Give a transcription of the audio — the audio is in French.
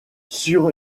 sur